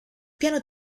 piano